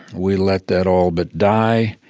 we let that all but die.